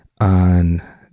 on